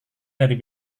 dari